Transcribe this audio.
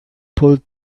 pulled